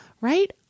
Right